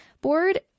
board